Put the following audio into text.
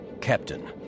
captain